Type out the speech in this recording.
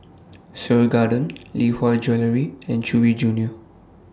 Seoul Garden Lee Hwa Jewellery and Chewy Junior